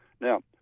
Now